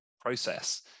process